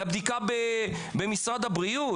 לבדיקה במשרד הבריאות?